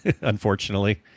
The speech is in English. unfortunately